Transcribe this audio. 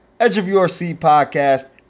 edgeofyourseatpodcast